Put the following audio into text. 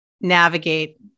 navigate